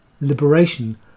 liberation